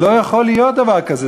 לא יכול להיות דבר כזה.